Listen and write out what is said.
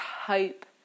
hope